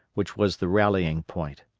which was the rallying point.